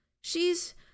She's